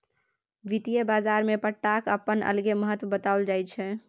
वित्तीय बाजारमे पट्टाक अपन अलगे महत्व बताओल जाइत छै